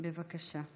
בבקשה.